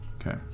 Okay